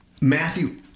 Matthew